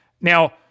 Now